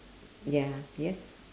ya yes